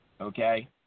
okay